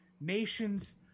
nation's